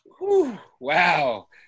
wow